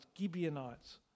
Gibeonites